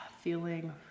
feeling